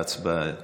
ההצבעה נסגרה.